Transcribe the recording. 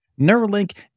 Neuralink